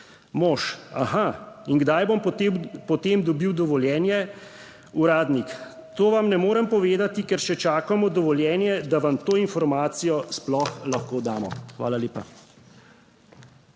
Mož: Aha, in kdaj bom potem dobil dovoljenje? Uradnik: To vam ne morem povedati, ker še čakamo dovoljenje, da vam to informacijo sploh lahko damo. Hvala lepa.